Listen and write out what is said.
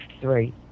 three